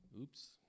Oops